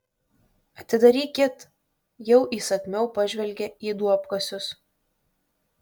atidarykit jau įsakmiau pažvelgė į duobkasius